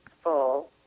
full